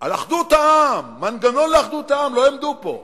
על אחדות העם, מנגנון לאחדות העם, לא יעמדו פה.